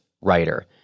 writer